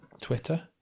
Twitter